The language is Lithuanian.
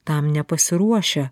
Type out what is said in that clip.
tam nepasiruošę